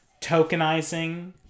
tokenizing